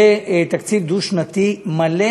לתקציב דו-שנתי מלא